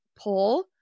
pull